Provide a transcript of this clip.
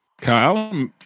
Kyle